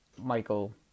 Michael